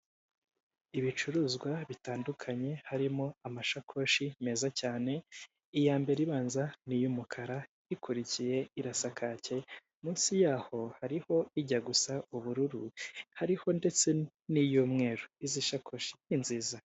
Ibicuruzwa bitandukanye harimo amashakoshi meza cyane iya mbere ibanza ni iy'umukara, ikurikiye irasa kake munsi yaho hariho ijya gusa ubururu hariho ndetse n'iy'umweru izi sakoshi ni nziza.